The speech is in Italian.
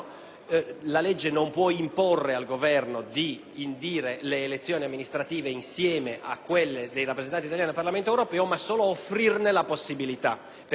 indire le elezioni amministrative insieme a quelle dei rappresentanti italiani al Parlamento europeo, ma solo offrirne la possibilità. Pertanto, non può la Relazione tecnica